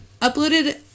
uploaded